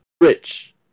Rich